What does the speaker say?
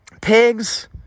pigs